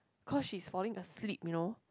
cause she's falling asleep you know